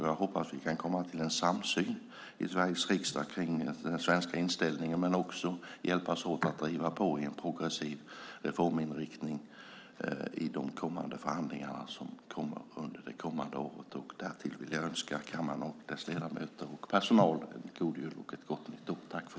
Jag hoppas att vi kan komma till en samsyn i Sveriges riksdag om den svenska inställningen, men också hjälpas åt att driva på i en progressiv reforminriktning i de kommande förhandlingar under året som kommer. Därtill vill jag önska kammaren, dess ledamöter och personal en god jul och ett gott nytt år.